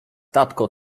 tatko